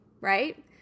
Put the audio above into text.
right